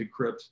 decrypt